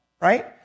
right